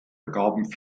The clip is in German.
ergaben